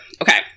Okay